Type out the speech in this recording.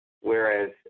Whereas